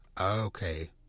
Okay